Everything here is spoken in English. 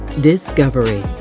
Discovery